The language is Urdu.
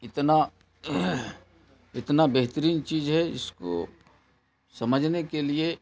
اتنا اتنا بہترین چیز ہے اس کو سمجھنے کے لیے